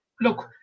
look